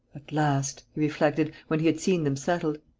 at last, he reflected, when he had seen them settled,